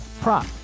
prop